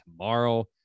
tomorrow